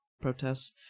protests